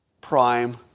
Prime